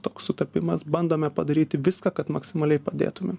toks sutapimas bandome padaryti viską kad maksimaliai padėtumėm